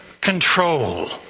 control